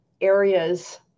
areas